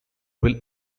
will